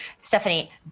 Stephanie